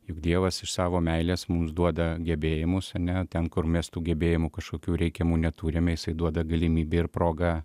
juk dievas iš savo meilės mums duoda gebėjimus ane ten kur mes tų gebėjimų kažkokių reikiamų neturime jisai duoda galimybę ir progą